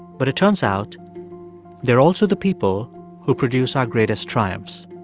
but it turns out they're also the people who produce our greatest triumphs